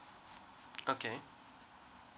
okay